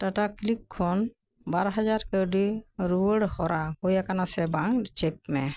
Tata click ᱠᱷᱚᱱ ᱵᱟᱨ ᱦᱟᱡᱟᱨ ᱠᱟᱣᱰᱤ ᱨᱩᱣᱟᱹᱲ ᱦᱚᱨᱟ ᱦᱩᱭᱟᱠᱟᱱᱟ ᱥᱮ ᱵᱟᱝ ᱪᱮᱠ ᱢᱮ